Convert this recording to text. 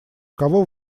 кого